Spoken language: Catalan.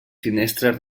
finestres